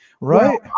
Right